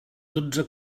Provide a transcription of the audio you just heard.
dotze